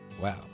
Wow